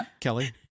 Kelly